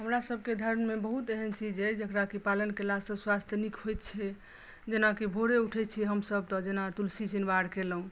हमरा सबके धर्म मे बहुत एहन चीज अहि जकरा की पालन केला सॅं स्वास्थ नीक होयत छै जेनाकी भोरे उठै छी हमसब तऽ जेना तुलसी चिनबार केलहुॅं